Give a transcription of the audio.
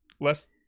less